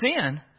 sin